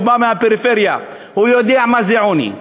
הוא בא מהפריפריה, הוא יודע מה זה עוני.